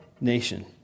nation